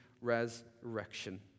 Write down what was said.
resurrection